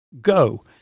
go